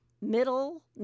middle